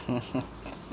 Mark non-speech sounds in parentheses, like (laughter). (laughs)